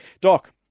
Doc